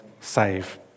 save